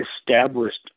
established